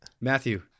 Matthew